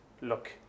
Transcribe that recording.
look